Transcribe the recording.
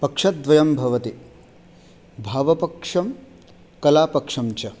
पक्षद्वयं भवति भावपक्षः कलापक्षश्च